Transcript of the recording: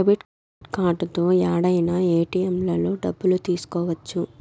debit కార్డుతో యాడైనా ఏటిఎంలలో డబ్బులు తీసుకోవచ్చు